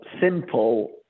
simple